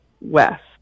west